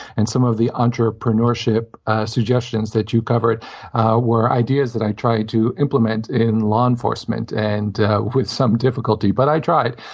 and some of the entrepreneurship suggestions that you covered were ideas that i tried to implement in law enforcement, and with some difficulty, but i tried.